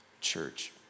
church